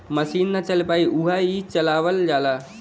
मसीन ना चल पाई उहा ई चलावल जाला